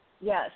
Yes